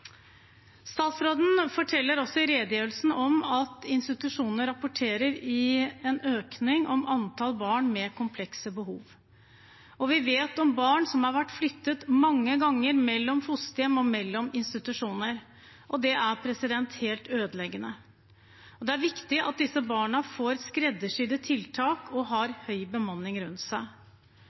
Statsråden forteller i redegjørelsen at institusjonene rapporterer om en øking i antall barn med komplekse behov. Vi vet om barn som har vært flyttet mange ganger mellom fosterhjem og mellom institusjoner. Det er helt ødeleggende. Det er viktig at disse barna får skreddersydde tiltak og har høy bemanning rundt seg.